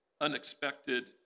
unexpected